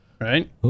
right